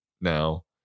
now